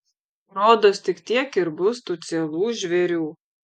rodos tik tiek ir bus tų cielų žvėrių